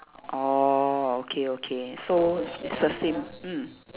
oh okay okay so it's it's the same mm